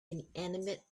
inanimate